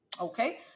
okay